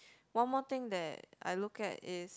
one more thing that I look at is